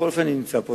בכל אופן אני נמצא פה,